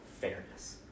fairness